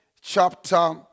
chapter